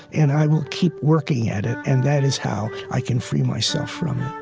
and i will keep working at it, and that is how i can free myself from it